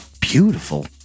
beautiful